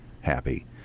happy